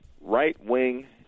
right-wing